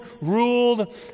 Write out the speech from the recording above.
ruled